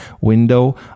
window